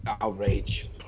...outrage